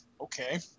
okay